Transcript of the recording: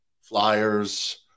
Flyers